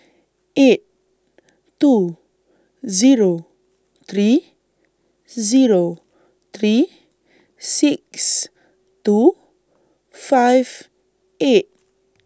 eight two Zero three Zero three six two five eight